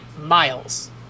miles